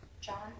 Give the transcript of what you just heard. John